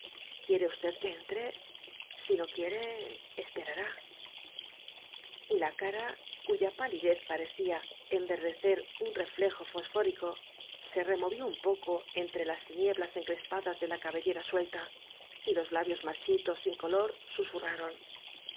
quiere usted que entre sino quiere esperará la cara cuya palidez parecía enverdecer un reflejo fosfórico se removió un poco entre las tinieblas encrespadas de la cabellera suelta y los labios marchitos sin color susurraron